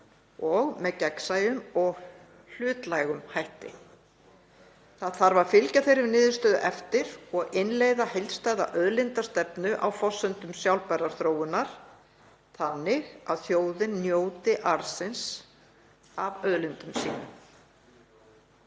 með gegnsæjum og hlutlægum hætti. Það þarf að fylgja þeirri niðurstöðu eftir og innleiða heildstæða auðlindastefnu á forsendum sjálfbærrar þróunar þannig að þjóðin njóti arðsins af auðlindum sínum.